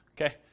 Okay